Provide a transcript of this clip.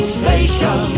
station